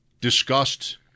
discussed